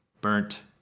burnt